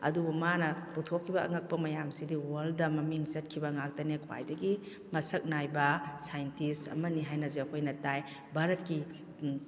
ꯑꯗꯨꯕꯨ ꯃꯥꯅ ꯄꯨꯊꯣꯛꯈꯤꯕ ꯑꯉꯛꯄ ꯃꯌꯥꯝꯁꯤꯗꯤ ꯋꯥꯔꯜꯗ ꯃꯃꯤꯡ ꯆꯠꯈꯤꯕ ꯉꯥꯛꯇꯅꯦ ꯈ꯭ꯋꯥꯏꯗꯒꯤ ꯃꯁꯛ ꯅꯥꯏꯕ ꯁꯥꯏꯟꯇꯤꯁ ꯑꯃꯅꯦ ꯍꯥꯏꯅꯁꯨ ꯑꯩꯈꯣꯏꯅ ꯇꯥꯏ ꯚꯥꯔꯠꯀꯤ